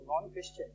non-Christian